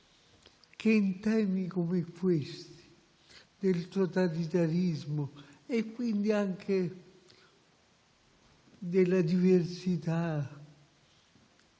che su temi come questi, il totalitarismo, quindi anche la diversità,